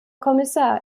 kommissar